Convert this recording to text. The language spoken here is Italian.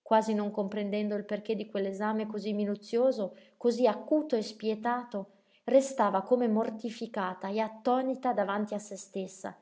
quasi non comprendendo il perché di quell'esame cosí minuzioso cosí acuto e spietato restava come mortificata e attonita davanti a se stessa